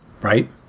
Right